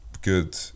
good